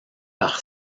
par